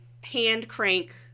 hand-crank